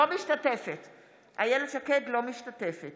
(קוראת בשמות חברי הכנסת) איילת שקד, אינה משתתפת